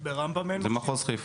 זה מחוז חיפה.